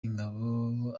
ingabo